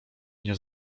nie